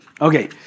Okay